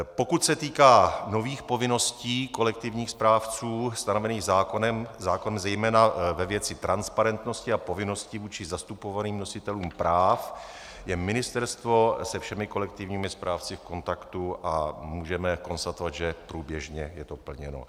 Pokud se týká nových povinností kolektivních správců stanovených zákonem zejména ve věci transparentnosti a povinností vůči zastupovaným nositelům práv, je ministerstvo se všemi kolektivními správci v kontaktu a můžeme konstatovat, že průběžně je to plněno.